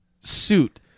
suit